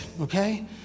Okay